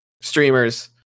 streamers